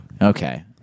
okay